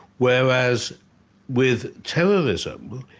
whereas with terrorism,